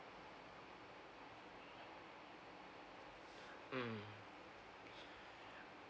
mm yeah